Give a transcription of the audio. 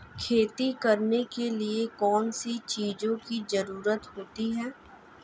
खेती करने के लिए कौनसी चीज़ों की ज़रूरत होती हैं?